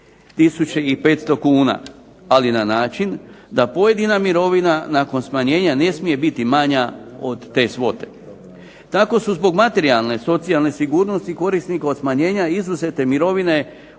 3500 kuna, ali na način da pojedina mirovina nakon smanjenja ne smije biti manja od te svote. Tako su zbog materijalne, socijalne sigurnosti korisnika od smanjenja izuzete mirovine u